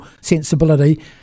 sensibility